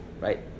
right